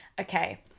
Okay